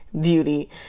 beauty